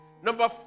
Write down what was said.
Number